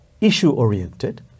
issue-oriented